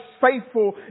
faithful